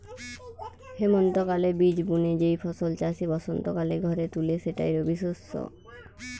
হেমন্তকালে বীজ বুনে যেই ফসল চাষি বসন্তকালে ঘরে তুলে সেটাই রবিশস্য